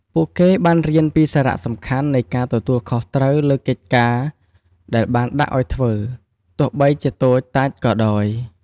ពួកគេបានរៀនពីសារៈសំខាន់នៃការទទួលខុសត្រូវលើកិច្ចការដែលបានដាក់ឲ្យធ្វើ ទោះបីជាតូចតាចក៏ដោយ។